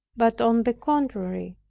but on the contrary,